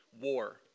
war